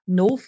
no